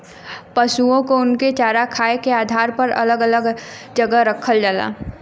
पसुओ को उनके चारा खाए के आधार पर अलग अलग जगह रखल जाला